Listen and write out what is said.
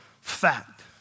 fact